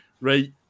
right